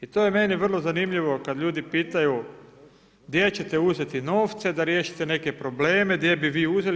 I to je meni vrlo zanimljivo kada ljudi pitaju gdje ćete uzeti novce da riješite neke probleme, gdje bi vi uzeli?